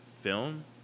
film